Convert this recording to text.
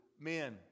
men